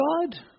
God